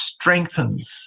strengthens